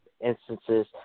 instances